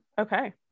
okay